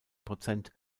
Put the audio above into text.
prozent